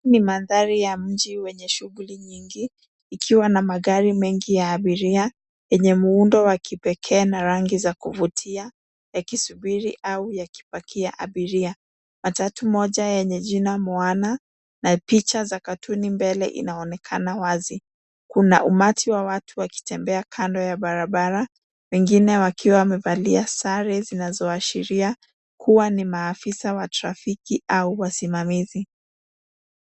Hii ni mandhari ya mji wenye shughuli nyingi, ikiwa na magari mengi ya abiria, yenye muundo wa kipekee na rangi za kuvutia yakisubiri au yakipakia abiria. Matatu moja yenye jina MOANA na picha za katuni mbele inaonekana wazi. Kuna umati wa watu wakitembea kando ya barabara, wengine wakiwa wamevalia sare zinazo ashiria kuwa ni maafisa wa trafiki au wasimamizi.